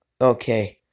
Okay